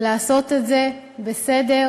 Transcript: לעשות את זה בסדר.